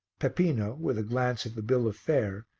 peppino, with a glance at the bill of fare,